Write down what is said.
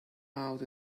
out